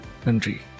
country